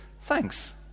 thanks